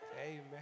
Amen